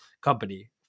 company